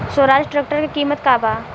Swaraj tractor के किमत का बा?